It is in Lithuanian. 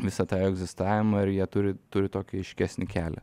visą tą egzistavimą ir jie turi turi tokį aiškesnį kelią